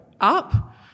up